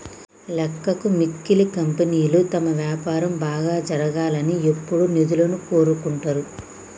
లెక్కకు మిక్కిలి కంపెనీలు తమ వ్యాపారం బాగా జరగాలని ఎప్పుడూ నిధులను కోరుకుంటరు